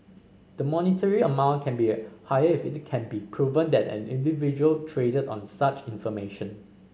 the monetary amount can be higher if it can be proven that an individual traded on such information